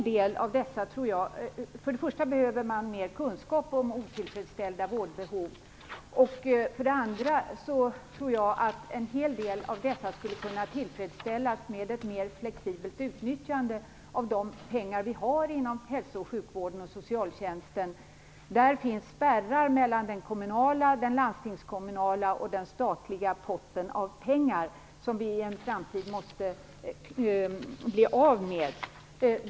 Det behövs mer kunskap om otillfredsställda vårdbehov, men därutöver tror jag att en hel del av dessa behov skulle kunna tillfredsställas genom ett mer flexibelt utnyttjande av de pengar vi har inom hälso och sjukvården och socialtjänsten. Det finns spärrar mellan den kommunala, den landstingskommunala och den statliga potten av pengar, spärrar som vi i en framtid måste bli av med.